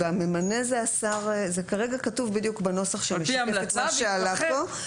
זה כרגע כתוב בדיוק בנוסח שמשקף את מה שעלה פה,